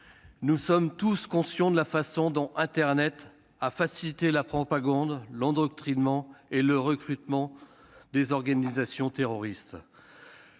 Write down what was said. Nous sommes tous conscients de la façon dont internet a facilité la propagande, l'endoctrinement et le recrutement des organisations terroristes.